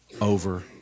over